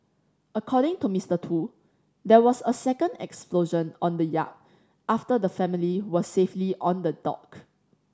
according to Mister Tu there was a second explosion on the yacht after the family were safely on the dock